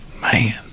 Man